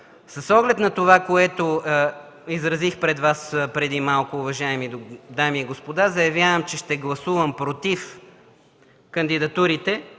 С оглед на това, което изразих пред Вас преди малко, уважаеми дами и господа, заявявам, че ще гласувам „против” кандидатурите